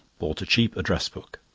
bought a cheap address-book.